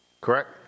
Correct